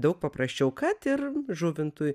daug paprasčiau kad ir žuvintui